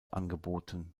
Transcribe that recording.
angeboten